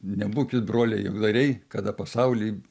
nebūkit broliai juokdariai kada pasauly